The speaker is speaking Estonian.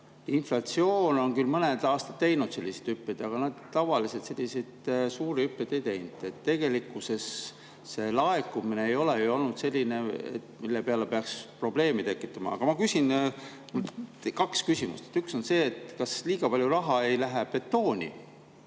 Inflatsioon on küll mõned aastad teinud selliseid hüppeid, aga see tavaliselt selliseid suuri hüppeid ei ole teinud, nii et tegelikkuses see laekumine ei ole ju olnud selline, mis peaks probleemi tekitama. Aga ma küsin kaks küsimust. Üks on see: kas liiga palju raha ei lähe betooni